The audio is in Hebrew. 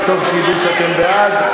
אבל טוב שידעו שאתן בעד.